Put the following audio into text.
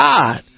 God